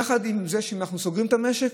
יחד עם זה שאנחנו סוגרים את המשק,